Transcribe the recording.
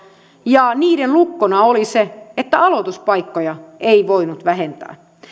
ja niiden lukkona oli se että aloituspaikkoja ei voinut vähentää